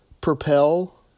Propel